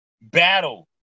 Battle